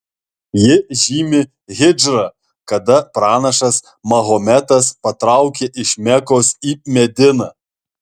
ji žymi hidžrą kada pranašas mahometas patraukė iš mekos į mediną